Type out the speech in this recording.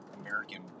American